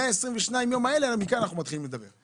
מה-22 יום האלה אנחנו מתחילים לדבר.